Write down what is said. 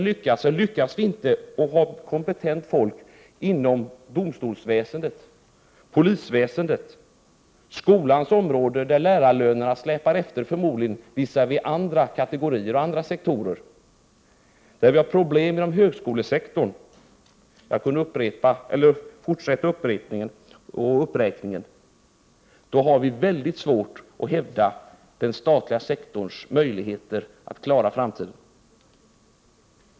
Lyckas vi inte ha kompetent folk inom domstolsväsendet och polisväsendet, på skolans område, där lärarlönerna förmodligen släpar efter visavi andra kategorier och andra sektorer, och inom högskolesektorn — jag kunde fortsätta uppräkningen —, då har vi väldigt svårt att hävda den statliga sektorns möjligheter att klara framtiden.